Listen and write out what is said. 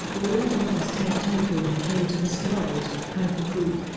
warner brothers' ted templeman came to the starwood, heard the group,